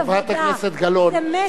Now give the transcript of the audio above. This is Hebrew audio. חברת הכנסת גלאון, זה מסר.